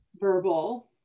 verbal